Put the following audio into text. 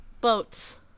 Boats